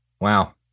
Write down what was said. Wow